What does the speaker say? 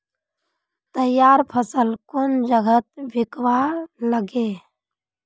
तैयार फसल कुन जगहत बिकवा लगे?